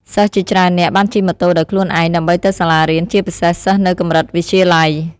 សិស្សជាច្រើននាក់បានជិះម៉ូតូដោយខ្លួនឯងដើម្បីទៅសាលារៀន ជាពិសេសសិស្សនៅកម្រិតវិទ្យាល័យ។